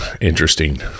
interesting